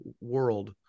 world